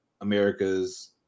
America's